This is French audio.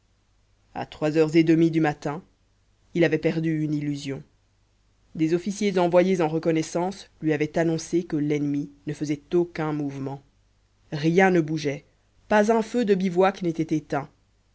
à trois heures et demie du matin il avait perdu une illusion des officiers envoyés en reconnaissance lui avaient annoncé que l'ennemi ne faisait aucun mouvement rien ne bougeait pas un feu de bivouac n'était éteint